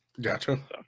Gotcha